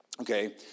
Okay